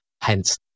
Hence